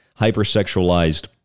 hypersexualized